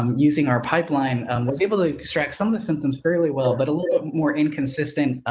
um using our pipeline, um, was able to extract some of the symptoms fairly well, but a little more inconsistent, um,